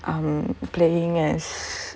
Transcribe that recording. I'm playing as